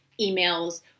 emails